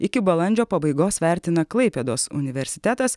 iki balandžio pabaigos vertina klaipėdos universitetas